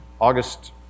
August